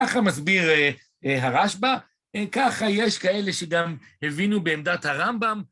ככה מסביר הרשב״ה, ככה יש כאלה שגם הבינו בעמדת הרמב'ם.